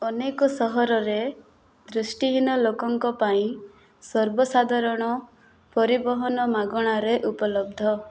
ଅନେକ ସହରରେ ଦୃଷ୍ଟିହୀନ ଲୋକଙ୍କ ପାଇଁ ସର୍ବସାଧାରଣ ପରିବହନ ମାଗଣାରେ ଉପଲବ୍ଧ